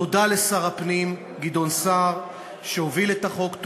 תודה לשר הפנים גדעון סער שהוביל את החוק,